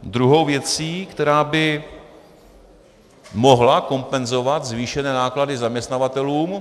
Druhou věcí, která by mohla kompenzovat zvýšené náklady zaměstnavatelům...